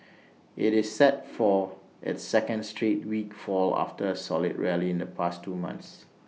IT is set for its second straight week fall after A solid rally in the past two months